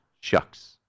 Shucks